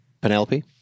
Penelope